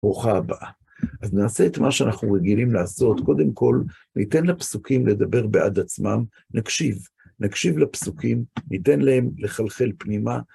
ברוכה הבאה. אז נעשה את מה שאנחנו רגילים לעשות. קודם כל, ניתן לפסוקים לדבר בעד עצמם, נקשיב. נקשיב לפסוקים, ניתן להם לחלחל פנימה.